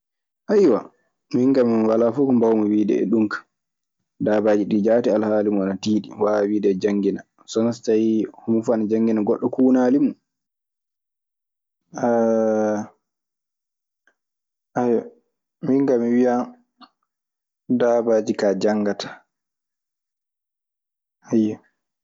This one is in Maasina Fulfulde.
minka walaa fuu ko mbawmi ɗiide e ɗun kaa. Daabaaji ɗii jaati alhaali mun ana tiiɗi. Mi waawa wiide ana janngina. So wanaa so tawii homo fuu ana janngina goɗɗo kuunaali mun. Minkaa mi wiyan daabaaji kaa janngataa, ayyo.